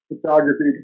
photography